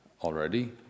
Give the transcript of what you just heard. already